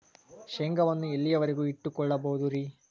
ಶೇಂಗಾವನ್ನು ಎಲ್ಲಿಯವರೆಗೂ ಇಟ್ಟು ಕೊಳ್ಳಬಹುದು ರೇ?